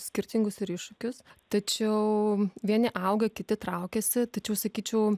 skirtingus ir iššūkius tačiau vieni auga kiti traukiasi tačiau sakyčiau